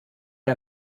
wir